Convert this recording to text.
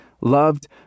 loved